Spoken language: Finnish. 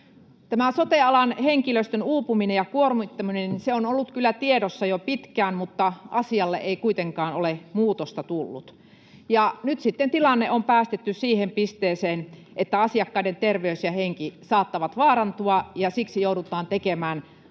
sote-alan henkilöstön uupuminen ja kuormittuminen on ollut kyllä tiedossa jo pitkään, mutta asiaan ei kuitenkaan ole muutosta tullut. Nyt sitten tilanne on päästetty siihen pisteeseen, että asiakkaiden terveys ja henki saattavat vaarantua, ja siksi joudutaan tekemään